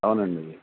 అవునండి